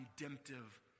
redemptive